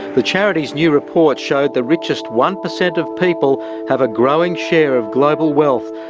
the charity's new report showed the richest one percent of people have a growing share of global wealth,